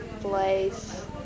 place